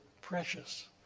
precious